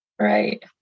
Right